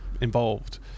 involved